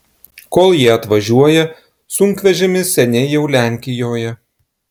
kol jie atvažiuoja sunkvežimis seniai jau lenkijoje